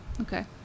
Okay